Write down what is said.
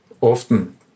often